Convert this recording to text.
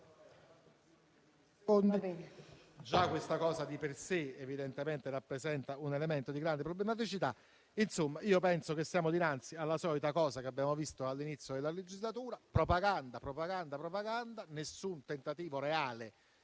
già questa cosa di per sé rappresenta un elemento di grande problematicità. Insomma, penso che siamo dinanzi alla solita cosa che abbiamo visto sin dall'inizio della legislatura: propaganda, propaganda e propaganda, ma nessun tentativo reale